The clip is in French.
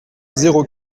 zéro